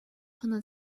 可能